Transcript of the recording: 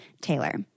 Taylor